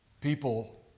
people